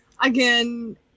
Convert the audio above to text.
Again